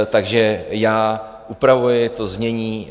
Takže já upravuji znění.